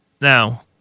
Now